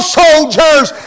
soldiers